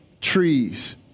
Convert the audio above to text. trees